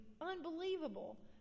unbelievable